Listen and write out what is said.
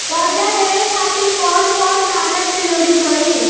कर्जा लेवे खातिर कौन कौन कागज के जरूरी पड़ी?